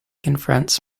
confronts